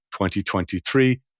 2023